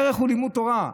הערך הוא לימוד תורה,